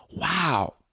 wow